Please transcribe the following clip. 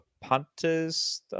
Punters